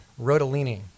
Rodolini